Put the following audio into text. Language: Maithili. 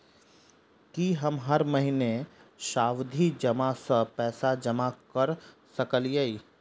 की हम हर महीना सावधि जमा सँ पैसा जमा करऽ सकलिये?